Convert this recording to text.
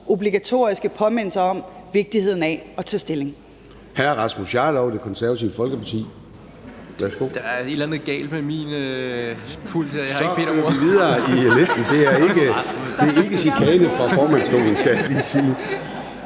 obligatoriske påmindelser om vigtigheden af at tage stilling.